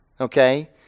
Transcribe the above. Okay